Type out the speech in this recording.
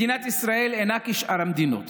מדינת ישראל אינה כשאר המדינות.